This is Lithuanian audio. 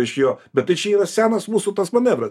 iš jo bet tai čia yra senas mūsų tas manevras